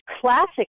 classic